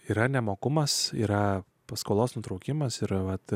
yra nemokumas yra paskolos nutraukimas yra vat